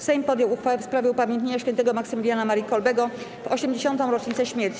Sejm podjął uchwałę w sprawie upamiętnienia świętego Maksymiliana Marii Kolbego w 80. rocznicę śmierci.